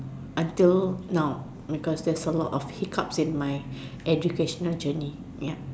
until now because there's a lot of hiccups in my educational journey yup